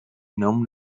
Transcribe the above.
known